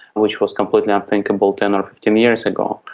which was completely unthinkable ten or fifteen years ago.